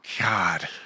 god